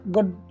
Good